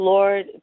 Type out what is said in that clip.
Lord